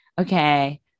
okay